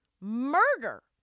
murder